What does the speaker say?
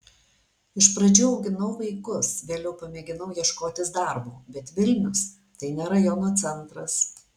iš pradžių auginau vaikus vėliau pamėginau ieškotis darbo bet vilnius tai ne rajono centras